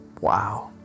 Wow